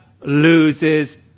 loses